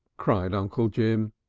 cried uncle jim.